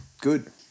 good